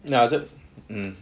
ya so um